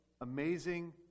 amazing